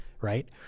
right